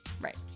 Right